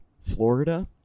Florida